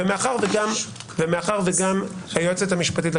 ומאחר שגם היועצת המשפטית של